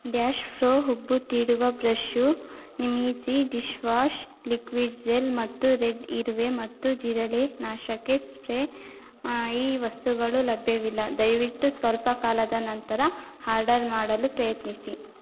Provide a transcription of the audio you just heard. dash pro ಹುಬ್ಬು ತೀಡುವ brush ನಿಮೀಜಿ ಡಿಷ್ ವಾಷ್ ಲಿಕ್ವಿಡ್ ಜೆಲ್ ಮತ್ತು ರೆಡ್ ಇರುವೆ ಮತ್ತು ಜಿರಳೆ ನಾಶಕ್ಕೆ ಸ್ಪ್ರೇ ಆ ಈ ವಸ್ತುಗಳು ಲಭ್ಯವಿಲ್ಲ ದಯವಿಟ್ಟು ಸ್ವಲ್ಪ ಕಾಲದ ನಂತರ ಹಾರ್ಡರ್ ಮಾಡಲು ಪ್ರಯತ್ನಿಸಿ